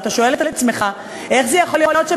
אתה שואל את עצמך: איך זה יכול להיות שבחודש